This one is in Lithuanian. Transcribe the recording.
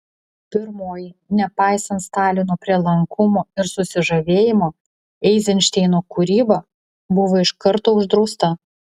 pirmoji nepaisant stalino prielankumo ir susižavėjimo eizenšteino kūryba buvo iš karto uždrausta